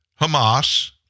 Hamas